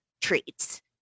treats